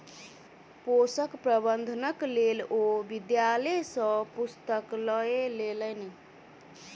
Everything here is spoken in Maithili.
पोषक प्रबंधनक लेल ओ विद्यालय सॅ पुस्तक लय लेलैन